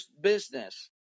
business